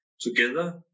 together